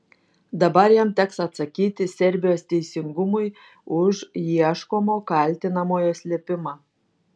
dabar jam teks atsakyti serbijos teisingumui už ieškomo kaltinamojo slėpimą